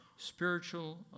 spiritual